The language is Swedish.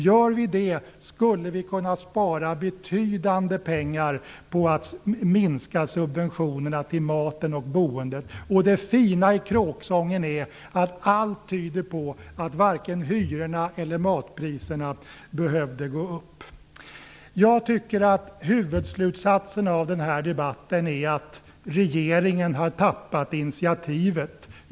Gör vi det skulle vi kunna spara betydande pengar genom att minska subventionerna för mat och boende. Det fina i kråksången är att allt tyder på att varken hyrorna eller matpriserna behöver gå upp. Jag tycker att huvudslutsatsen av den här debatten är att regeringen har tappat initiativet.